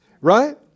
right